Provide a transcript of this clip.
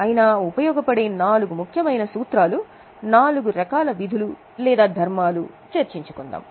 అయినా ఉపయోగపడే నాలుగు ముఖ్యమైన సూత్రాలు నాలుగురకాల విధులు లేదా ధర్మాలు చర్చించుకుందాం